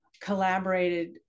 collaborated